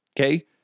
Okay